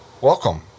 Welcome